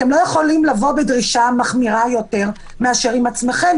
אתם לא יכולים לבוא בדרישה מחמירה יותר מאשר עם עצמכם.